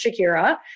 Shakira